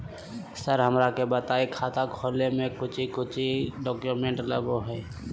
Sir हमरा के बताएं खाता खोले में कोच्चि कोच्चि डॉक्यूमेंट लगो है?